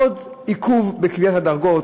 עוד עיכוב בקביעת הדרגות,